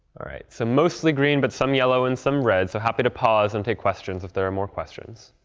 all right, so mostly green, but some yellow and some red. so happy to pause and take questions, if there are more questions.